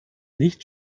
nicht